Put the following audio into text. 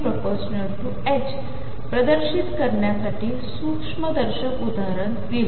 प्रदर्शितकरण्यासाठीसूक्ष्मदर्शकउदाहरणदिले